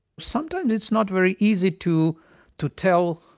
sometimes, it's not very easy to to tell